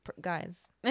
guys